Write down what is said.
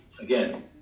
Again